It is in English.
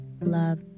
love